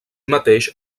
mateix